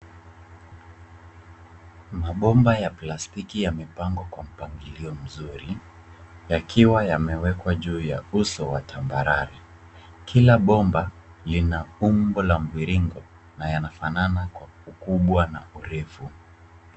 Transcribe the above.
Mabomba ya plastiki yamepangwa kwa mpangilio mzuri yakiwa yamewekwa juu ya uso wa tambarare. Kila bomba lina umbo la mviringo na yanafanana kwa ukubwa na urefu.